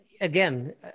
Again